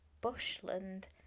bushland